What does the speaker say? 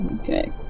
Okay